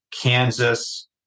Kansas